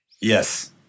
Yes